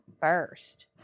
first